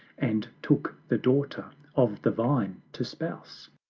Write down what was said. and took the daughter of the vine to spouse.